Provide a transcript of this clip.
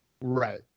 Right